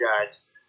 guys